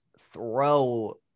throw